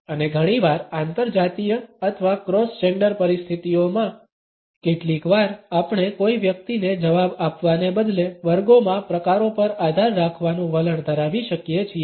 અને ઘણીવાર આંતરજાતીય અથવા ક્રોસ જેન્ડર પરિસ્થિતિઓમાં કેટલીકવાર આપણે કોઈ વ્યક્તિને જવાબ આપવાને બદલે વર્ગોમાં પ્રકારો પર આધાર રાખવાનું વલણ ધરાવી શકીએ છીએ